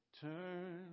Turn